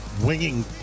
winging